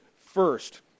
first